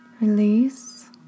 Release